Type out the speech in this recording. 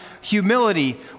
humility